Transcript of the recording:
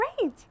great